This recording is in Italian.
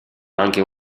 anche